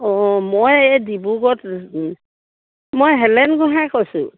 অঁ মই এই ডিব্ৰুগড়ৰ মই হেলেন গোঁহাইয়ে কৈছোঁ